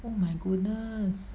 oh my goodness